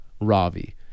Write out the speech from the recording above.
Ravi